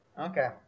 Okay